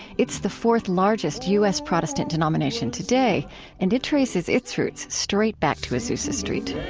it's the fourth-largest u s. protestant denomination today and it traces its roots straight back to azusa street